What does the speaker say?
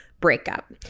breakup